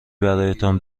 برایتان